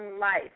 life